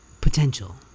potential